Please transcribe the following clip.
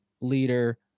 leader